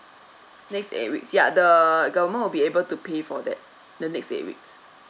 next eight weeks ya the government will be able to pay for that the next eight weeks